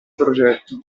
progetto